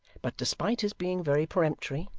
but despite his being very peremptory,